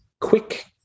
quick